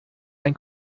ein